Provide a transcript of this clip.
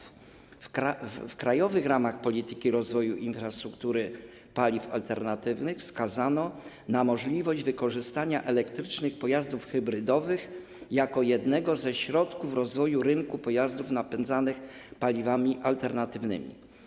W Krajowych ramach polityki rozwoju infrastruktury paliw alternatywnych wskazano na możliwość wykorzystania elektrycznych pojazdów hybrydowych jako jednego ze środków rozwoju rynku pojazdów napędzanych paliwami alternatywnymi.